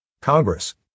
Congress